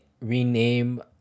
rename